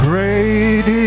Great